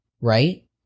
right